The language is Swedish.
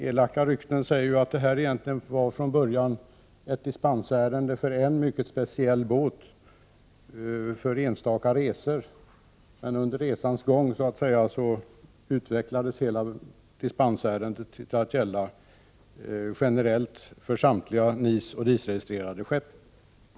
Elaka rykten säger att detta från början var ett dispensärende för en mycket speciell båt för enstaka resor. Sedan utvecklades dispensen till att gälla generellt för samtliga NIS och DIS registrerade skepp under resans gång, så att säga.